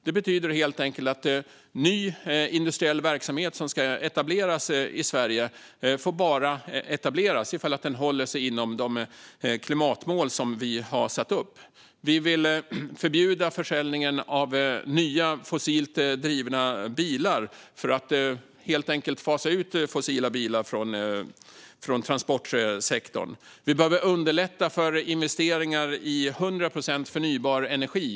Det betyder helt enkelt att ny industriell verksamhet som ska etableras i Sverige får etableras bara om den håller sig inom de klimatmål som vi har satt upp. Vi vill förbjuda försäljningen av nya fossilt drivna bilar för att helt enkelt fasa ut fossila bilar från transportsektorn. Vi behöver underlätta för investeringar i 100 procent förnybar energi.